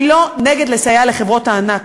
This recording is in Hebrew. אני לא נגד לסייע לחברות הענק,